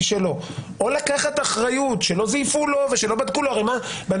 או לקחת אחריות שלא זייפו לו ושלא בדקו לו הרי בן